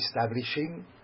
establishing